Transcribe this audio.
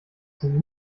sind